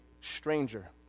stranger